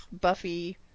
Buffy